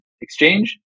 exchange